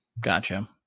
Gotcha